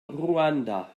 ruanda